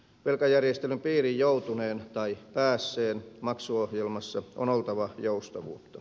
velkajärjestelyn piiriin joutuneen tai päässeen maksuohjelmassa on oltava joustavuutta